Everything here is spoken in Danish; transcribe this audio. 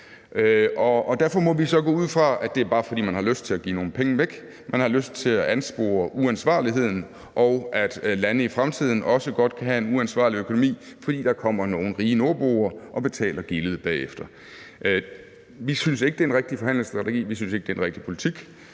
Derfor må vi så gå ud fra, at det bare er, fordi man har lyst til at give nogle penge væk. Man har lyst til at anspore uansvarligheden, og at lande i fremtiden også godt kan have en uansvarlig økonomi, fordi der kommer nogle rige nordboere og betaler gildet bagefter. Vi synes ikke, det er en rigtig forhandlingsstrategi, vi synes ikke, det er en rigtig politik,